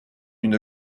une